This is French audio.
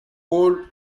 col